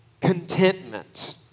contentment